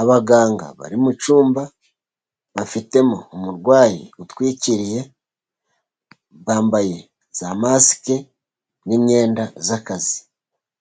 Abaganga bari mu cyumba bafitemo umurwayi utwikiriye, bambaye za masike n'imyenda y'akazi.